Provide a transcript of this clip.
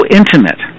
intimate